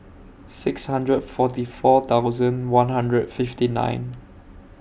six hundred forty four thousand one hundred fifty nine